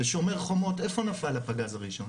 בשומר חומות איפה נפל הפגז הראשון?